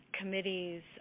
committees